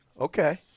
Okay